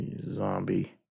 zombie